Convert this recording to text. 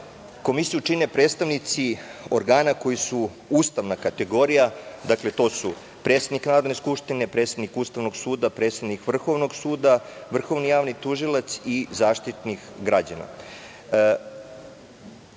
komisija. Komisiju čine predstavnici organa koji su ustavna kategorija, dakle, to su predsednik Narodne skupštine, predsednik Ustavnog suda, predsednik Vrhovnog suda, Vrhovni javni tužilac i Zaštitnik građana. To